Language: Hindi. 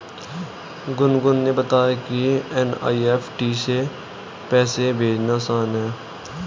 गुनगुन ने बताया कि एन.ई.एफ़.टी से पैसा भेजना आसान है